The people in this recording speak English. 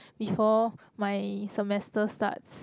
before my semester starts